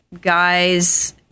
guys